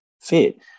fit